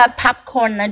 popcorn